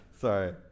sorry